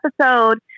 episode